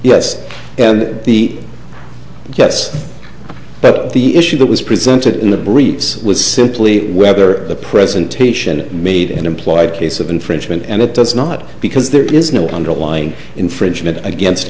yes the yes but the issue that was presented in the briefs was simply whether the presentation made an implied case of infringement and it does not because there is no underlying infringement against